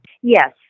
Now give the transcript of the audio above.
Yes